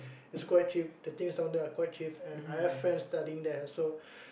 it's quite cheap the things down there are quite cheap and I have friends studying there so